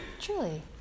truly